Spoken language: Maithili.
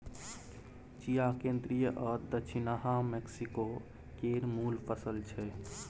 चिया केंद्रीय आ दछिनाहा मैक्सिको केर मुल फसल छै